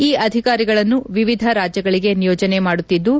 ಈ ಅಧಿಕಾರಿಗಳನ್ನು ವಿವಿಧ ರಾಜ್ಯಗಳಿಗೆ ನಿಯೋಜನೆ ಮಾಡುತ್ತಿದ್ಲು